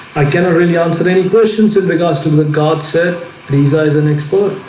i cannot really answer any questions in regards to the god set these eyes and export